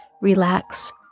relax